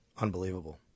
Unbelievable